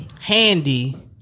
Handy